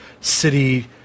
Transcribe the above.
city